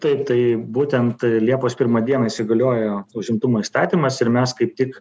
taip tai būtent liepos pirmą dieną įsigaliojo užimtumo įstatymas ir mes kaip tik